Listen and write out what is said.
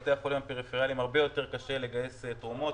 לבתי חולים פריפריאליים הרבה יותר קשה לגייס תרומות.